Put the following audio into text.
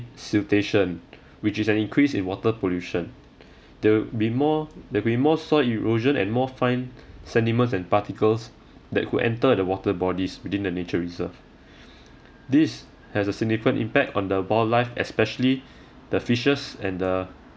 siltation which is an increase in water pollution there'll be more there'll be more soil erosion and more fine sendiments and particles that could enter the water bodies within the nature reserve this has a significant impact on the wildlife especially the fishes and the